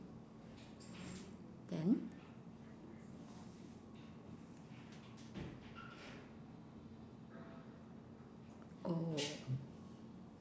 then oh